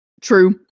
True